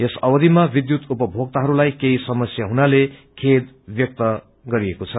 यस अवधिमा विध्यूत उपमोक्ताहरूलाइ केही समस्या हुने कारणले खेद व्यक्त गर्नुभएको छ